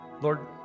Lord